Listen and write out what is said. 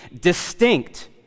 distinct